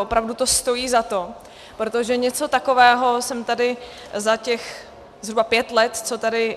Opravdu to stojí za to, protože něco takového jsem tady za těch zhruba pět let, co tady